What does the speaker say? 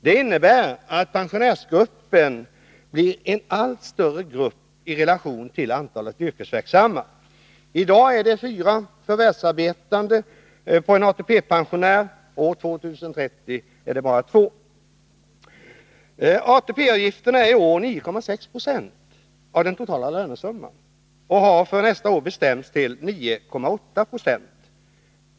Det innebär att pensionärsgruppen blir en allt större grupp i relation till antalet yrkesverksamma. I dag är det fyra förvärvsarbetande på en ATP-pensionär — år 2030 är det bara två. ATP-avgifterna är i år 9,6 70 av den totala lönesumman och har för nästa år bestämts till 9,8 26.